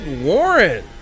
Warren